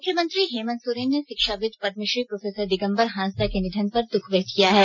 मुख्यमंत्री हेमन्त सोरेन ने शिक्षाविद पदमश्री प्रो दिगम्बर हांसदा के निधन पर दूःख व्यक्त किया है